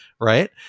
right